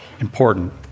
Important